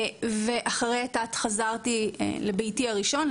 אחרי תת ההתמחות חזרתי אל ביתי הראשון,